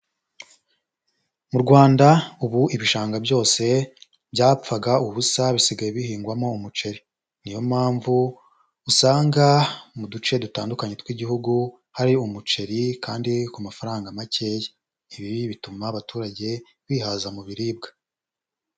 Mu Rwanda ubu ibishanga byose byapfaga ubusa bisigaye bihingwamo umuceri, ni yo mpamvu usanga mu duce dutandukanye tw'igihugu hari umuceri kandi ku mafaranga makeya, ibi bituma abaturage bihaza mu biribwa.